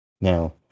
now